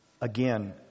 again